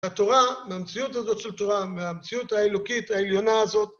התורה, המציאות הזאת של תורה, המציאות האלוקית העליונה הזאת.